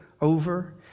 over